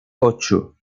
ocho